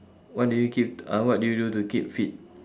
what do you keep uh what do you do to keep fit